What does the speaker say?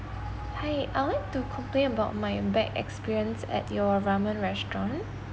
hi I'll like to complain about my bad experience at your ramen restaurant